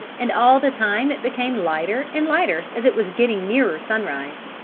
and all the time it became lighter and lighter as it was getting nearer sunrise.